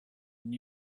and